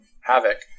Havoc